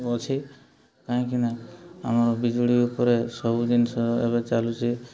ଅଛି କାହିଁକି ନା ଆମର ବିଜୁଳି ଉପରେ ସବୁ ଜିନିଷ ଏବେ ଚାଲୁଛି